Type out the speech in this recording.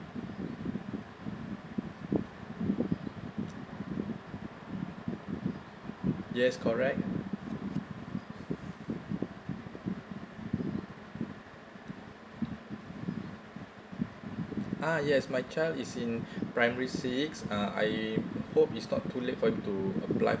yes correct ah yes my child is in primary six uh I hope it's not too late for him to apply